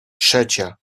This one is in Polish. trzecia